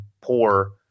poor